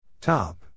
Top